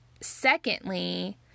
secondly